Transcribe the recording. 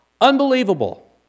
Unbelievable